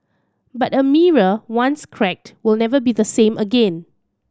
but a mirror once cracked will never be the same again